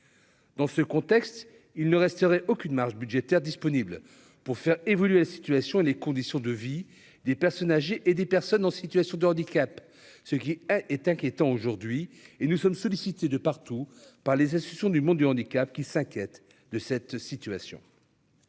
dans ce contexte, il ne resterait aucune marge budgétaire disponible pour faire évoluer la situation et les conditions de vie des personnes âgées et des personnes en situation de handicap, ce qui est inquiétant aujourd'hui et nous sommes sollicités de partout par les institutions du monde du handicap, qui s'inquiète de cette situation.